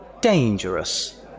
dangerous